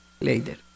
later